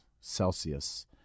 Celsius